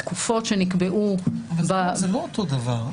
התקופות שנקבעו --- זה לא אותו דבר.